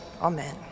amen